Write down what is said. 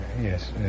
Yes